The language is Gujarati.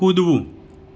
કૂદવું